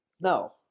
No